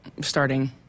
starting